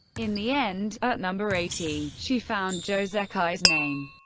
in the end, at number eighty, she found zhou zekai's name.